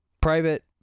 private